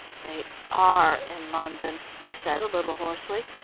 they are in london, he said a little hoarsely.